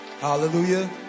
Hallelujah